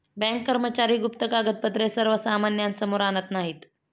bank कर्मचारी गुप्त कागदपत्रे सर्वसामान्यांसमोर आणत नाहीत